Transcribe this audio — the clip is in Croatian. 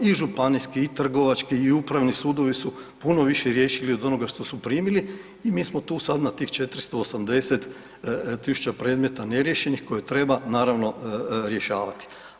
I županijski i trgovački i upravni sudovi su puno više riješili od onoga što su primili i mi smo tu sad na tih 480 tisuća predmeta neriješenih koje treba naravno rješavati.